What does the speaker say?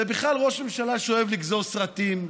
זה בכלל ראש ממשלה שאוהב לגזור סרטים,